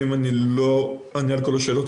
ואם אני לא אענה על כל השאלות,